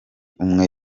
umwe